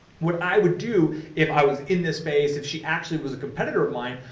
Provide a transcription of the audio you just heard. what i would do if i was in this space, if she actually was a competitor of mine,